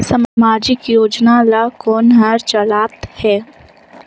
समाजिक योजना ला कोन हर चलाथ हे?